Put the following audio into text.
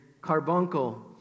carbuncle